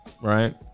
Right